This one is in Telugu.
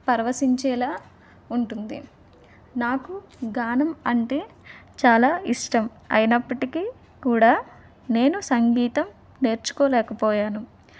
పర్వసించేలా ఉంటుంది నాకు గానం అంటే చాలా ఇష్టం అయినప్పటికీ కూడా నేను సంగీతం నేర్చుకోలేకపోయాను